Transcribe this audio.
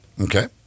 okay